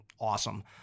awesome